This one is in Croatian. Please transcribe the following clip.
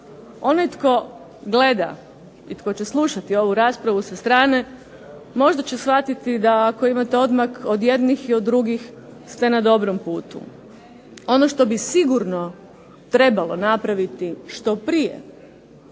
Onaj tko gleda i tko će slušati ovu raspravu sa strane, možda će shvatiti da ako imate odmak od jednih i od drugih ste na dobrom putu. Ono što bi sigurno trebalo napraviti što prije,